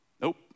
Nope